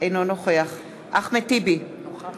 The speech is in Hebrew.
אינו נוכח אחמד טיבי, אינו